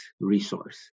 resource